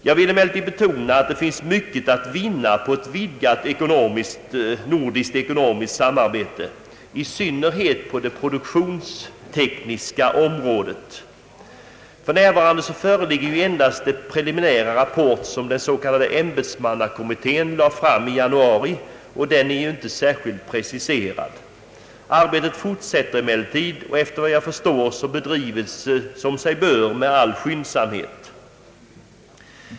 Jag vill emellertid betona att det finns mycket att vinna på ett vidgat nordiskt ekonomiskt samarbete, i synnerhet på det produktionstekniska området. För närvarande föreligger endast den preliminära rapport som den s.k. ämbetsmannakommittén lade fram i januari, och den är inte särskilt preciserad. Arbetet fortsätter emellertid, och efter vad jag förstår bedrivs det, som sig bör, med all skyndsamhet.